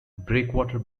breakwater